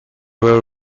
were